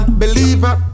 believer